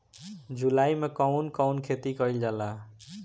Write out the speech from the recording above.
जुलाई मे कउन कउन खेती कईल जाला?